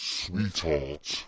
sweetheart